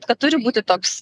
kad turi būti toks